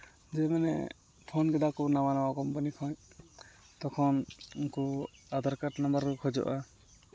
ᱡᱮ ᱢᱟᱱᱮ ᱯᱷᱳᱱ ᱠᱮᱫᱟ ᱠᱚ ᱱᱟᱣᱟ ᱱᱟᱣᱟ ᱠᱳᱢᱯᱟᱱᱤ ᱠᱷᱚᱡ ᱛᱚᱠᱷᱚᱱ ᱩᱱᱠᱩ ᱟᱫᱷᱟᱨ ᱠᱟᱨᱰ ᱱᱟᱢᱵᱟᱨ ᱠᱚ ᱠᱷᱚᱡᱚᱜᱼᱟ